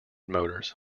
motors